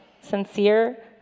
sincere